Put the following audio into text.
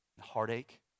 heartache